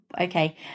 okay